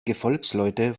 gefolgsleute